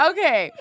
Okay